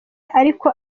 ariko